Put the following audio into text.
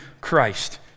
Christ